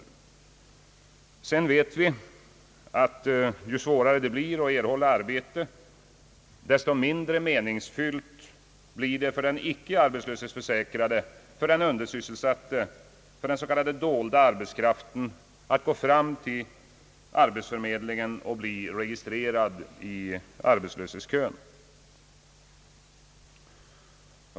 Och sedan vet vi att ju svårare det blir att erhålla arbete, desto mindre meningsfyllt blir det för den icke arbetslöshetsförsäkrade, för den undersysselsatte, för den s.k. dolda arbetskraften, att gå till arbetsförmedlingen och bli registrerad i arbetslöshetskön.